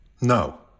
No